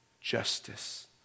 justice